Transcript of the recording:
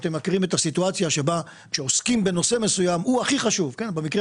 אתם מכירים את הסיטואציה שבה כשעוסקים בנושא מסוים שהוא הכי חשוב - במקרה